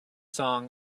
song